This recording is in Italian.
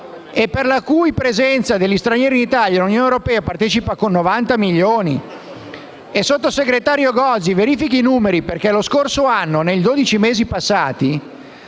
per la presenza degli stranieri in Italia l'Unione europea partecipa con 90 milioni di euro. Il sottosegretario Gozi verifichi i numeri, perché lo scorso anno, nei dodici mesi passati,